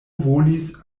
volis